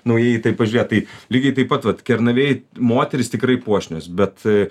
naujai į tai pažiūrėt tai lygiai taip pat vat kernavėj moterys tikrai puošnios bet